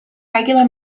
regular